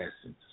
essence